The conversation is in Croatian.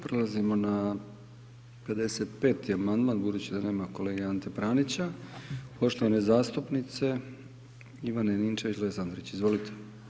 Prelazimo na 55. amandman, budući da nema kolege Ante Pranića, poštovane zastupnice Ivane Ninčević Lesandrić, izvolite.